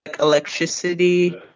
electricity